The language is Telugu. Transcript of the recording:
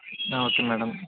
okay madam